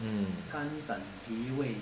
mm